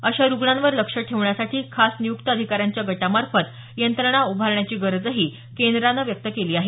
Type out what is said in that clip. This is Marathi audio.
अशा रुग्णांवर लक्ष ठेवण्यासाठी खास नियुक्त अधिकाऱ्यांच्या गटामार्फत यंत्रणा उभारण्याची गरजही केंद्रानं व्यक्त केली आहे